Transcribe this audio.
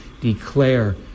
declare